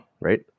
right